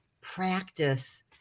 practice